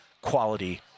quality